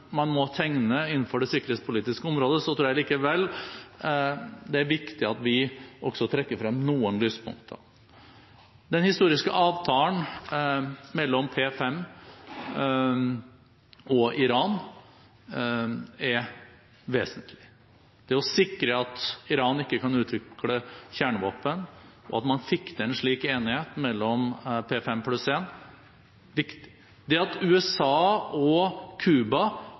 man må tegne innenfor det sikkerhetspolitiske området, tror jeg likevel det er viktig at vi også trekker frem noen lyspunkter. Den historiske avtalen mellom P5 og Iran er vesentlig. Det å sikre at Iran ikke kan utvikle kjernevåpen, og at man fikk til en slik enighet mellom P5+1, er viktig. Det at USA og